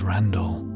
Randall